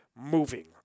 moving